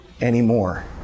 anymore